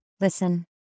Listen